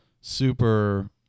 super